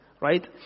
Right